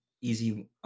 easy